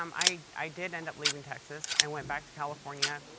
um i i did end up leaving texas. i went back to california.